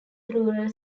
rural